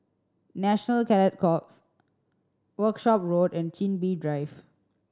National Cadet Corps Workshop Road and Chin Bee Drive